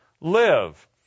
live